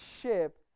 ship